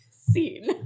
Scene